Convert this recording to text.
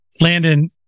Landon